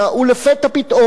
ולפתע פתאום,